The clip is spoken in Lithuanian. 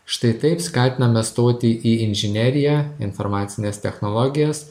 štai taip skatiname stoti į inžineriją informacines technologijas